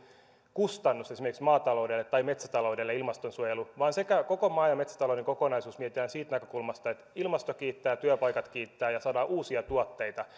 kustannus esimerkiksi maataloudelle tai metsätaloudelle vaan koko maa ja metsätalouden kokonaisuus mietitään siitä näkökulmasta että ilmasto kiittää työpaikat kiittävät ja saadaan uusia tuotteita